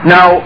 Now